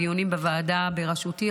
בדיונים בוועדה בראשותי,